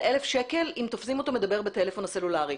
1,000 שקל אם תופסים אותו מדבר בטלפון הסלולרי.